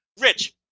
Rich